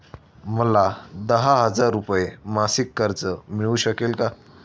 मला दहा हजार रुपये मासिक कर्ज मिळू शकेल का?